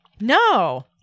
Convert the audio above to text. No